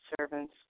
servants